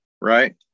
right